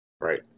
Right